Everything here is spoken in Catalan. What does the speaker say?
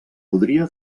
podria